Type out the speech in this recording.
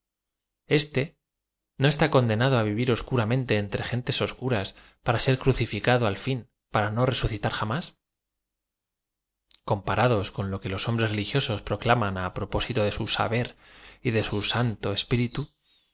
éste no está condenado á v iv ir oscuramente entre gentes oscuras para ser cru ciúcado al fin p ara no resucitar jamás comparados con lo que los hombres religiosos proclaman á pro pósito de sn sa b er de su santo espiritu